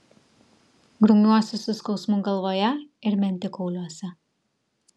grumiuosi su skausmu galvoje ir mentikauliuose